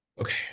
Okay